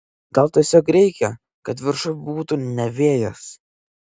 gal tiesiog reikia kad viršuj būtų ne vėjas